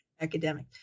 academic